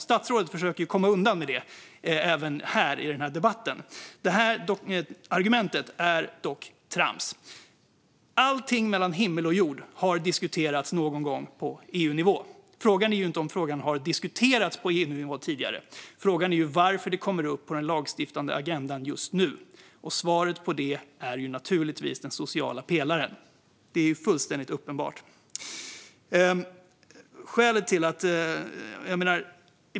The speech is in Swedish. Statsrådet försöker komma undan med det även här i debatten. Det argumentet är dock trams. Allt mellan himmel och jord har någon gång diskuterats på EU-nivå. Frågan är inte om detta har diskuterats på EU-nivå tidigare utan varför det kommer upp på den lagstiftande agendan just nu. Svaret på det är naturligtvis den sociala pelaren. Det är fullständigt uppenbart.